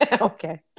Okay